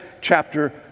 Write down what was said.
chapter